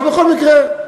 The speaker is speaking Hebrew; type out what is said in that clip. אבל בכל מקרה,